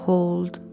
Hold